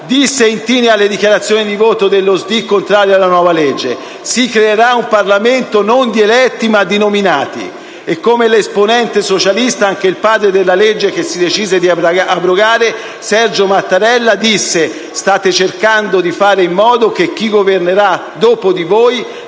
(socialisti democratici italiani) contraria alla nuova legge: «Si creerà un Parlamento non di eletti, ma di nominati». E come l'esponente socialista, anche il padre della legge che si decise di abrogare, Sergio Mattarella disse: «State cercando di fare in modo che chi governerà dopo di voi